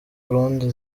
burundi